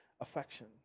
affection